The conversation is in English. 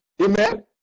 Amen